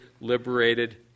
liberated